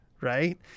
right